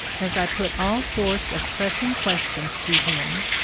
as i put all sorts of pressing questions to him,